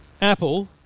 Apple